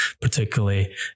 particularly